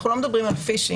אנחנו לא מדברים על פישינג,